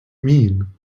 mean